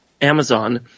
Amazon